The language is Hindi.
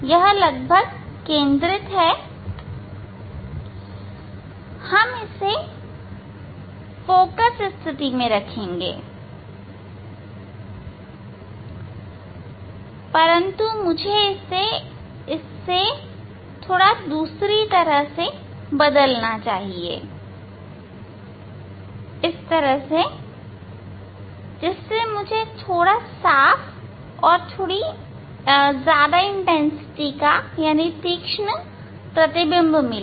यह लगभग केंद्रित है हम इसे फोकस स्थिति में रखेंगे परंतु मुझे इससे दूसरी तरह से बदलना चाहिए जिससे मुझे साफ और तीक्ष्ण प्रतिबिंब मिले